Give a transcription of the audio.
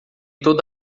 toda